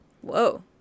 Whoa